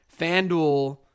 FanDuel